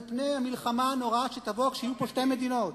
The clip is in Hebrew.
על פני המלחמה הנוראה שתבוא כשיהיו פה שתי מדינות.